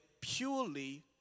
purely